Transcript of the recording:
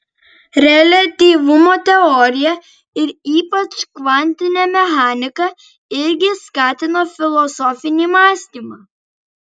reliatyvumo teorija ir ypač kvantinė mechanika irgi skatino filosofinį mąstymą